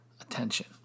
attention